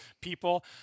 people